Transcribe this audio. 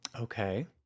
Okay